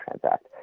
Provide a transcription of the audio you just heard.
transact